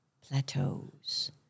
plateaus